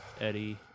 Eddie